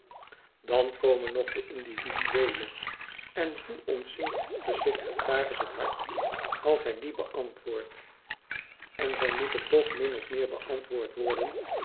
dan komen nog de individneele en hoe ontzinkt den secretaris het hart als hij die beantwoordt n zij moeten toch min of meer beantwoord